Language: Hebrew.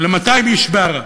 ל-200 איש בערד